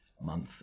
month